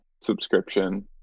subscription